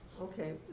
Okay